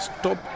Stop